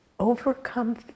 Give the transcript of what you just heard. overcome